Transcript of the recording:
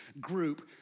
group